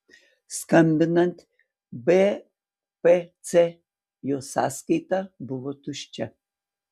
skambinant bpc jos sąskaita buvo tuščia